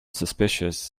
suspicious